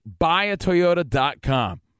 BuyAToyota.com